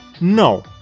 No